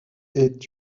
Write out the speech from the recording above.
est